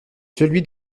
celui